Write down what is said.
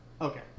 Okay